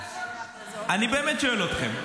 אני באמת שואל אתכם: